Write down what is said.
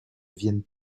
viennent